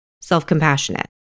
self-compassionate